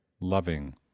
loving